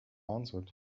answered